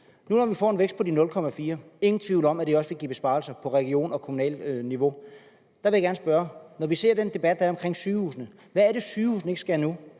Nu, hvor vi får en vækst på de 0,4 pct., er der ingen tvivl om, at det også vil give besparelser på kommunalt og regionalt niveau. Der vil jeg gerne spørge: Når vi ser den debat, der er om sygehusene, hvad er det så, sygehusene ikke skal nu?